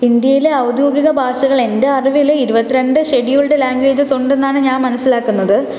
ഇന്ത്യയിലെ ഔദ്യോഗിക ഭാഷകൾ എൻ്റെ അറിവിൽ ഇരുപത്തിരണ്ട് ഷെഡ്യൂൾഡ് ലാംഗ്വേജസ് ഉണ്ടെന്നാണ് ഞാൻ മനസ്സിലാക്കുന്നത്